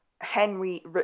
Henry